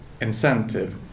incentive